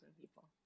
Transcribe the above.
people